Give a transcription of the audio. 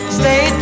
stay